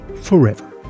forever